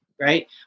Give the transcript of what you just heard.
Right